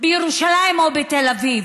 בירושלים או בתל אביב.